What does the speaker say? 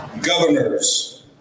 governors